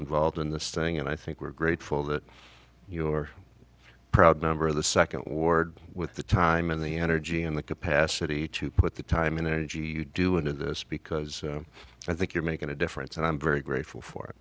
involved in this thing and i think we're grateful that you are proud number of the second ward with the time and the energy and the capacity to put the time and energy you do into this because i think you're making a difference and i'm very grateful for